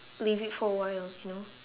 leave it for a while you know